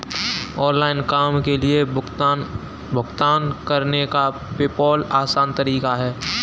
online काम के लिए भुगतान करने का पेपॉल आसान तरीका है